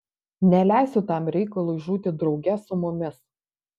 neleisiu tam reikalui žūti drauge su mumis